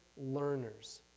learners